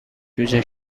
جوجه